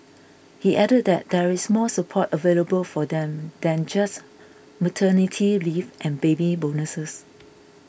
he added that there is more support available for them than just maternity leave and baby bonuses